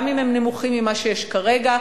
גם אם הם נמוכים ממה שיש כרגע,